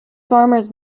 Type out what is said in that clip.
farmers